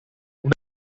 una